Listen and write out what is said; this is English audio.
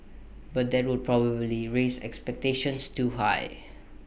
but that would probably raise expectations too high